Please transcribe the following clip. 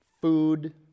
food